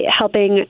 helping